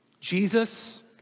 Jesus